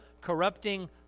corrupting